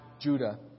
Judah